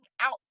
out